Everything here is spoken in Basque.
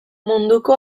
munduko